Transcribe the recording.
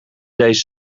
deze